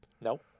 Nope